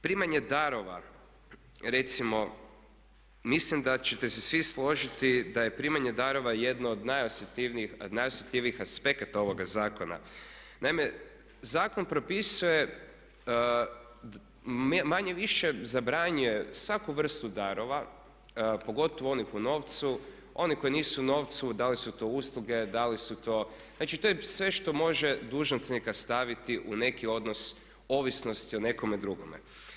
Primanje darova, recimo mislim da ćete se svi složiti da je primanje darova jedno od najosjetljivijih aspekata ovoga zakona. naime, zakon propisuje manje-više zabranjuje svaku vrstu darova, pogotovo onih u novcu, oni koji nisu u novcu da li su to usluge, da li su to, znači to je sve što može dužnosnika staviti u neki odnos ovisnosti o nekome drugome.